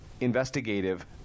investigative